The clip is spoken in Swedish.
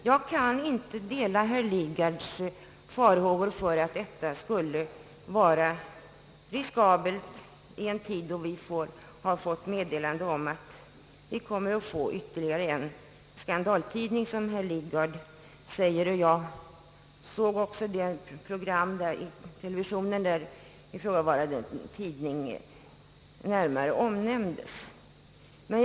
Jag kan inte dela herr Lidgards farhågor att detta skulle vara riskabelt i ett läge då vi har fått meddelande om, som herr Lidgard säger, att ytterligare en skandaltidning skall utges. även jag såg det TV-program, där ifrågavarande tidning närmare omnämndes.